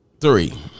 Three